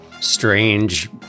strange